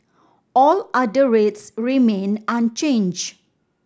all other rates remain unchanged